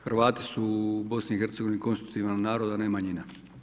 Hrvati su u BiH konstitutivan narod, a ne manjina.